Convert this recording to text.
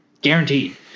guaranteed